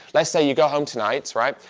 let's say you go home tonight right,